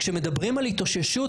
כשמדברים על התאוששות,